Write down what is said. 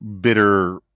bitter